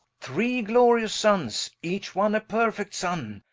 three glorious sunnes, each one a perfect sunne,